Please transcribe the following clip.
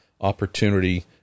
opportunity